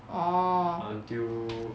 orh